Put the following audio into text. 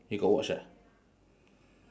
he got watch ah